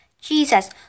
Jesus